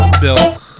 Bill